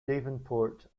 davenport